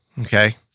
okay